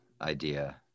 idea